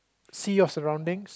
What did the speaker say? see your surroundings